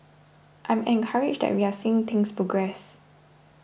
I'm encouraged that we're seeing things progress